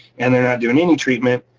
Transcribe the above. and they're not doing any treatment.